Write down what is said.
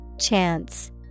Chance